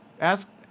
Ask